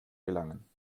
gelangen